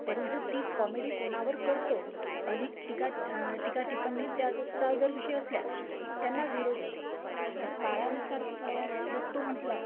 परंतु ती कॉमेडी कोणावर करतो अधिक टीका टीका टिपण्णी त्याचा जर विषय असल्यास त्यांना विरोध होतं तर काळानुसार बघतो म्हटलं